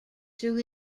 through